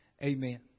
Amen